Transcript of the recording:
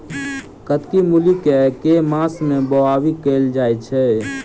कत्की मूली केँ के मास मे बोवाई कैल जाएँ छैय?